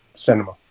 cinema